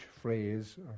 phrase